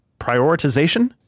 prioritization